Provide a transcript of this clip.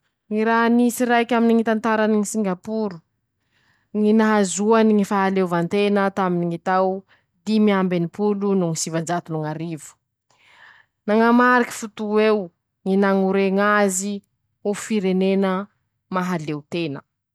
Ñy raha nisy raike aminy ñy tantarany ñy Singaporo: ñy nahazoany ñy fahaleovantena taminy ñy tao dimy amby enimpolo no sivanjato no ñ'arivo, nañamariky foto'eo, ñy nañorena azy ho firenena mahaleo tena.